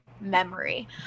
memory